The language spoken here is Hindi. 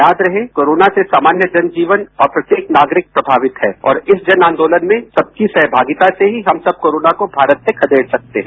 याद रहे कोरोना से सामान्य जनजीवन और प्रत्येक नागरिक प्रभावित है और इस जनआंदोलन में सबकी सहभागिता से ही हम सब कोरोना को भारत से खदेड़ सकते हैं